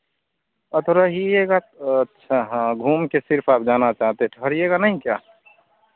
अ तो रहिएगा अच्छा हाँ घूम कर सिर्फ आप जाना चाहते ठहरिएगा नहीं क्या